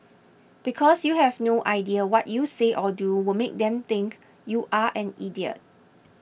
because you have no idea what you say or do will make them think you're an idiot